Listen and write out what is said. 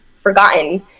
forgotten